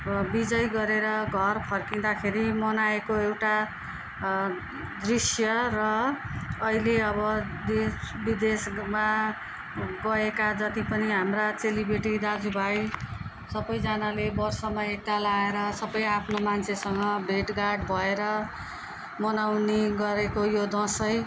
विजय गरेर घर फर्किँदाखेरि मनाएको एउटा दृश्य र अहिले अब देश विदेशमा गएका जति पनि हाम्रा चेलीबेटी दाजुभाइ सबैजानाले वर्षमा एकताल आएर सबै आफ्नो मान्छेसँग भेटघाट भएर मनाउने गरेको यो दसैँ